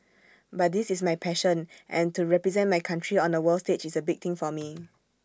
but this is my passion and to represent my country on A world stage is A big thing for me